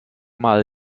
mal